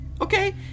okay